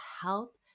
help